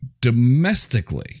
Domestically